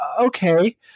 okay